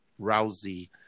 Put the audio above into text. Rousey